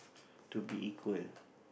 to be equal